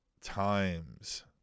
times